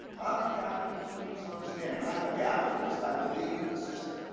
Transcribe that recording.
i'm a capitalist, please understand, i'm a capitalist, i believe in the system,